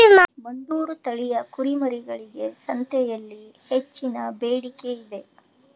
ಬಂಡೂರು ತಳಿಯ ಕುರಿಮರಿಗಳಿಗೆ ಸಂತೆಯಲ್ಲಿ ಹೆಚ್ಚಿನ ಬೇಡಿಕೆ ಇದೆ